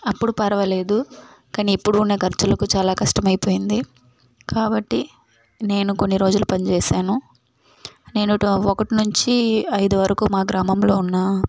అప్పుడు పరవాలేదు కానీ ఇప్పుడు నా ఖర్చులకు చాలా కష్టమైపోయింది కాబట్టి నేను కొన్ని రోజులు పని చేశాను నేను టూ ఒకటి నుంచి ఐదు వరకు మా గ్రామంలో ఉన్న